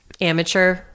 amateur